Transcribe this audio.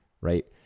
right